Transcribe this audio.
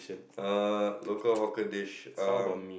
err local hawker dish um